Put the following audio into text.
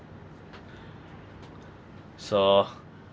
so